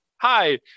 hi